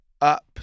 up